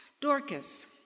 Dorcas